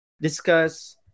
discuss